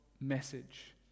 message